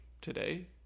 today